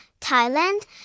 Thailand